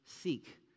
seek